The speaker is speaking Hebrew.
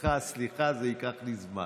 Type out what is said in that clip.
איתך הסליחה, זה ייקח לי זמן.